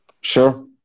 Sure